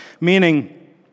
meaning